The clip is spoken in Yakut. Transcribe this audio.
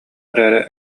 эрээри